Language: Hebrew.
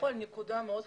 נקודה מאוד חשובה.